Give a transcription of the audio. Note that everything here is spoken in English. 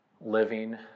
living